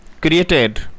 created